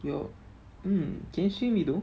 your mm can you hear me though